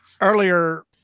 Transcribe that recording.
earlier